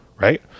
Right